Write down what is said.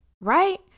right